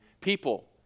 people